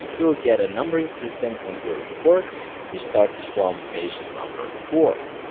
you will get, a numbering system on your report which starts from page number four.